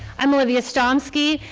i'm olivia stomski,